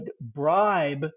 bribe